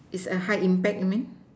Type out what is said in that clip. is a high impact you mean